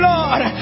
Lord